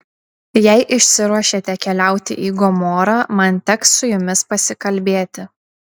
jei išsiruošėte keliauti į gomorą man teks su jumis pasikalbėti